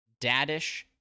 daddish